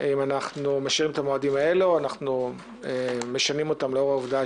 אם אנחנו משאירים את המועדים האלה או שאנחנו משנים אותם לאור העובדה